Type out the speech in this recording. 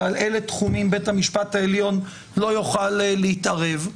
ועל אלה תחומים בית המשפט העליון לא יוכל להתערב,